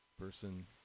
person